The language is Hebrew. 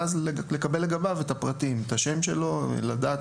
ואז לקבל לגביו את הפרטים: את השם שלו; לדעת